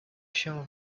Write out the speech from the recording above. się